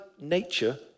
nature